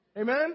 Amen